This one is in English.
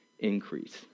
increase